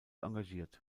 engagiert